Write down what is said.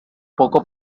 poco